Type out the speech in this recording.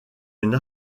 une